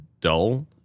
dull